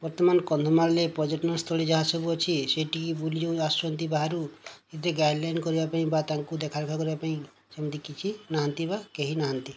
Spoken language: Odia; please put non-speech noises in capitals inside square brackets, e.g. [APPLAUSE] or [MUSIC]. ବର୍ତ୍ତମାନ କନ୍ଧମାଳରେ ପର୍ଯ୍ୟଟନସ୍ଥଳୀ ଯାହାସବୁ ଅଛି ସେଠିକି ବୁଲି ଯେଉଁ ଆସୁଛନ୍ତି ବାହାରୁ [UNINTELLIGIBLE] ଗାଇଡ୍ଲାଇନ୍ କରିବା ପାଇଁ ବା ତାଙ୍କୁ ଦେଖାରେଖା କରିବା ପାଇଁ ସେମିତି କିଛି ନାହାନ୍ତି ବା କେହି ନାହାନ୍ତି